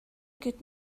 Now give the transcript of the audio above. good